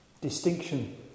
distinction